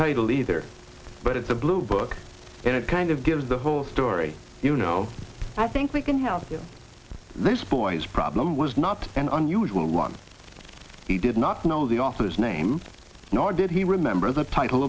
title either but it's a blue book and it kind of gives the whole story you know i think we can help this boy's problem was not an unusual one he did not know the author's name nor did he remember the title